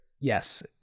Yes